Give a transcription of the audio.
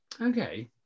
Okay